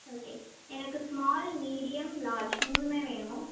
okay எனக்கு small medium large மூணும் வேணும்